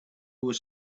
was